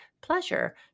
pleasure